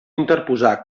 interposar